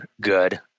good